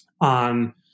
on